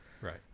Right